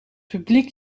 publiek